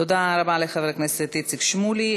תודה רבה לחבר הכנסת איציק שמולי.